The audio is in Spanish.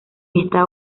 esta